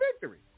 victory